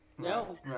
No